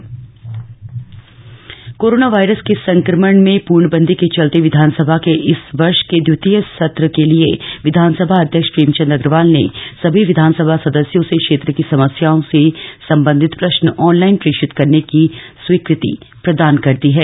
online विधानसभा सवाल corona virus के संक्रमण में पूर्णबन्दी के चलते विधानसभा के इस वर्ष के द्वितीय सत्र के लिये विधानसभा अध्यक्ष प्रेमचंद अग्रवाल ने समी विधानसभा सदस्यों से क्षेत्र की समस्याओं से सम्बंधित प्रश्न ऑनलाइन प्रेषित करने की स्वीकृति प्रदान कर दी है